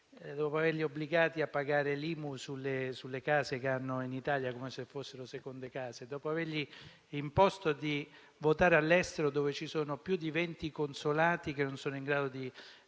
dopo averli obbligati a pagare l'IMU sulle case che hanno in Italia come se fossero seconde case, dopo aver loro imposto di votare all'estero, dove ci sono più di 20 consolati che non sono in grado di offrire